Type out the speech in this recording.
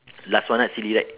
last one ah silly right